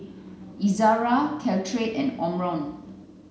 Ezerra Caltrate and Omron